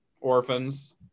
orphans